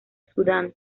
sudán